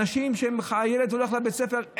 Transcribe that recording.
אנשים שהילד שלהם הולך לבית ספר,